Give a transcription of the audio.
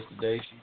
today